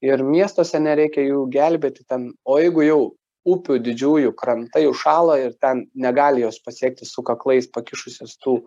ir miestuose nereikia jų gelbėti ten o jeigu jau upių didžiųjų krantai užšąla ir ten negali jos pasiekti su kaklais pakišusios tų